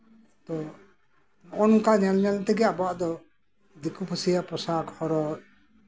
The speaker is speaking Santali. ᱛᱳ ᱱᱚᱜ ᱚ ᱱᱚᱝᱠᱟ ᱧ ᱮᱞ ᱧᱮᱞ ᱛᱮᱜᱮ ᱟᱵᱚᱣᱟᱜ ᱫᱚ ᱫᱤᱠᱩ ᱯᱩᱥᱤᱭᱟᱜ ᱯᱳᱥᱟᱠ ᱦᱚᱨᱚᱜ